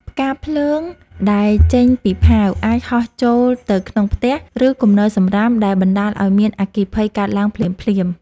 ផ្កាភ្លើងដែលចេញពីផាវអាចហោះចូលទៅក្នុងផ្ទះ ឬគំនរសំរាមដែលបណ្តាលឱ្យមានអគ្គិភ័យកើតឡើងភ្លាមៗ។